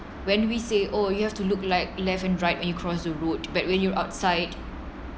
when we say oh you have to look like left and right when you cross the road but when you're outside